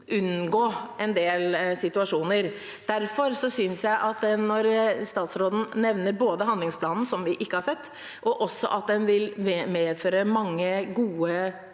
unngå en del situasjoner. Derfor, når statsråden nevner både handlingsplanen, som vi ikke har sett, og at den sannsynligvis vil medføre mange gode